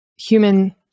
human